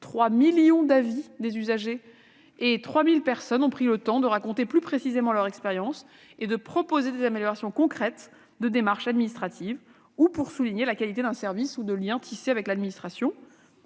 3 millions d'avis d'usagers et 3 000 personnes ont pris le temps de raconter précisément leur expérience et de proposer des améliorations concrètes de démarches administratives ou de souligner la qualité d'un service et des liens tissés avec l'administration.